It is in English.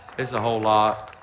it's a whole lot.